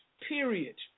period